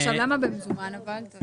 עכשיו למה זה במזומן אבל?